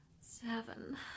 seven